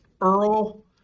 Earl